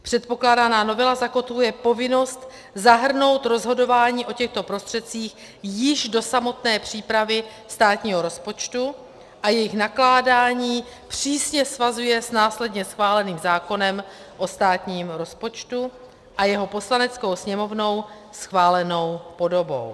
Předkládaná novela zakotvuje povinnost zahrnout rozhodování o těchto prostředcích již do samotné přípravy státního rozpočtu a jejich nakládání přísně svazuje s následně schváleným zákonem o státním rozpočtu a jeho Poslaneckou sněmovnou schválenou podobou.